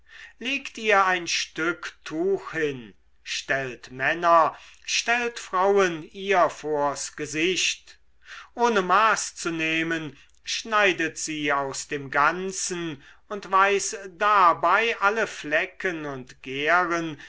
legt ihr ein stück tuch hin stellt männer stellt frauen ihr vors gesicht ohne maß zu nehmen schneidet sie aus dem ganzen und weiß dabei alle flecken und gehren